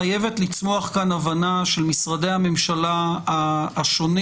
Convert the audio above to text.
חייבת לצמוח כאן הבנה של משרדי הממשלה השונים,